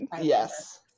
yes